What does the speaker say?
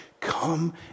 come